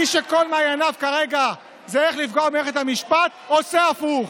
מי שכל מעייניו כרגע זה איך לפגוע במערכת המשפט עושה הפוך.